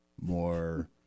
more